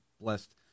blessed